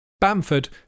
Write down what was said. Bamford